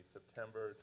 September